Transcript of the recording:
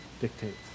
dictates